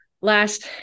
last